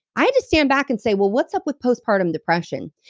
i had to stand back and say, well, what's up with postpartum depression?